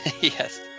Yes